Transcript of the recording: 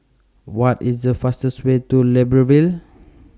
What IS The fastest Way to Libreville